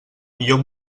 millor